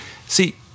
See